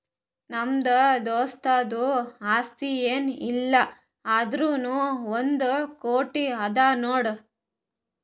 ನಮ್ದು ದೋಸ್ತುಂದು ಆಸ್ತಿ ಏನ್ ಇಲ್ಲ ಅಂದುರ್ನೂ ಒಂದ್ ಕೋಟಿ ಅದಾ ನೋಡ್